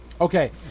Okay